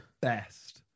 best